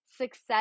success